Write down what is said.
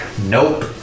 nope